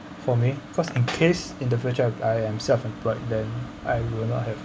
for me cause in case in the future I am self employed then I will not have